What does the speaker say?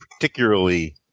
particularly